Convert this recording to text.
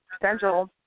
potential